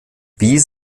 wie